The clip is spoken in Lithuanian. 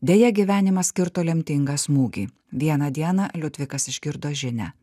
deja gyvenimas kirto lemtingą smūgį vieną dieną liudvikas išgirdo žinią